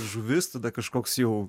žuvis tada kažkoks jau